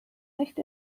nicht